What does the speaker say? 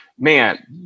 man